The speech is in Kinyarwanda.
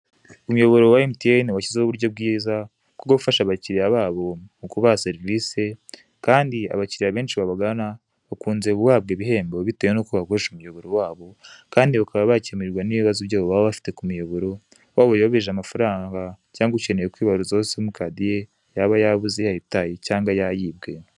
Umuyoboro wa emutiyene washyizeho uburyo bwiza, bwo gufasha abakiriya babo mu kubaha serivise, kandi abakiriya benshi babagana, bakunze guhabwa ibihembo bitewe n'uko bakoresha umuyoboro wabo, kandi bakaba bakemurirwa n'ibibazo byabo baba bafite ku miyoboro, waba uyobeje amafaranga, cyangwa ukeneye kwibaruzaho simu kadi ye, yaba yabuze, yayitaye, cyangwa yayibwe.